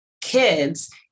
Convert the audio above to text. kids